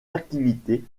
activités